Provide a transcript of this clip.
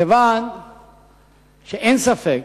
אין ספק